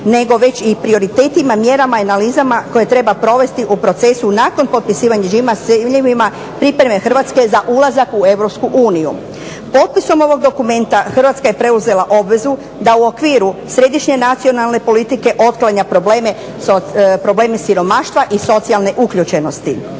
nego već i prioritetima, mjerama i analizama koje treba provesti u procesu nakon potpisivanja GIMA sa ciljevima pripreme Hrvatske za ulazak u Europsku uniju. Potpisom ovog dokumenta Hrvatska je preuzela obvezu da u okviru središnje nacionalne politike otklanja probleme siromaštva i socijalne uključenosti.